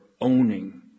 owning